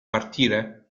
partire